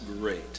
great